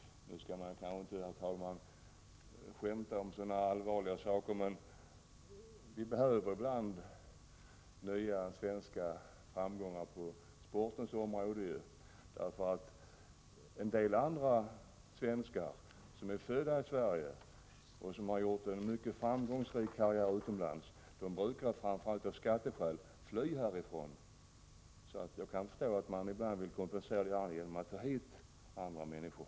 Nu skall man kanske inte, herr talman, skämta om så allvarliga saker. Men vi behöver ju ibland nya svenska framgångar på sportens område. En del andra svenskar, som är födda i Sverige och som har gjort en mycket framgångsrik karriär utomlands, brukar fly härifrån, framför allt av skatteskäl. Jag kan förstå att man ibland vill kompensera detta genom att ta hit andra människor.